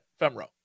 Femro